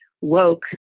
woke